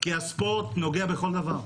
כי הספורט נוגע בכל דבר.